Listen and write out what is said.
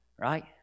Right